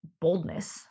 boldness